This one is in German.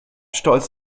stolz